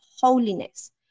holiness